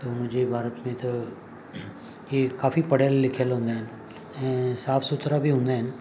त हुनजे भारत में त हे काफ़ी पढ़ियल लिखियल हूंदा आहिनि ऐं साफ़ु सुथिरा बि हूंदा आहिनि